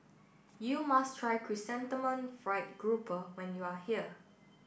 you must try Chrysanthemum Fried Grouper when you are here